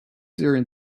during